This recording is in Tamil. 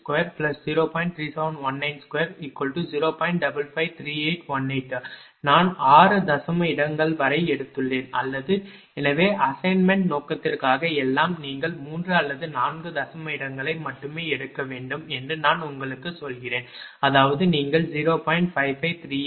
553818 நான் 6 தசம இடம் வரை எடுத்துள்ளேன் அல்லது எனவே அசைன்மென்ட் நோக்கத்திற்காக எல்லாம் நீங்கள் 3 அல்லது 4 தசம இடங்களை மட்டுமே எடுக்க வேண்டும் என்று நான் உங்களுக்குச் சொல்கிறேன் அதாவது நீங்கள் 0